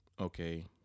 okay